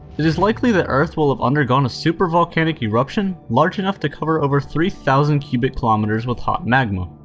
it is likely the earth will have undergone a super volcanic eruption large enough to cover over three thousand cubic kilometres with hot magma.